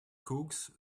cooks